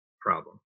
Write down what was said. problem